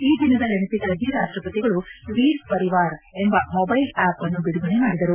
ಈ ದಿನದ ನೆನಪಿಗಾಗಿ ರಾಷ್ಟಪತಿಗಳು ವೀರ್ ಪರಿವಾರ್ ಎಂಬ ಮೊಬೈಲ್ ಆಪ್ ಅನ್ನು ಬಿಡುಗಡೆ ಮಾಡಿದರು